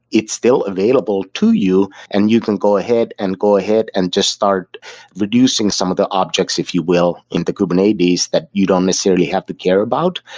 it's still available to you and you can go ahead and go ahead and just start reducing some of the objects, if you will, in the kubernetes that you don't necessarily have to care about.